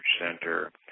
center